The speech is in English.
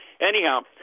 Anyhow